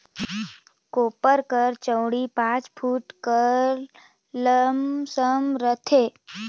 कोपर कर चउड़ई पाँच फुट कर लमसम रहथे